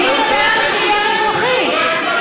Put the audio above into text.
אני מדברת על שוויון אזרחי.